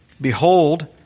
behold